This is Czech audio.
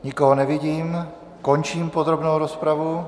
Nikoho nevidím, končím podrobnou rozpravu.